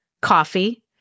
coffee